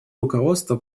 руководство